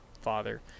father